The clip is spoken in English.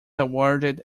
awarded